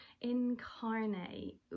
Incarnate